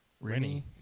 Rennie